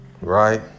right